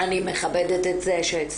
אני מכבדת את זה שהצטרפתם.